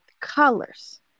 colors